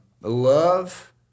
love